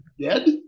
Dead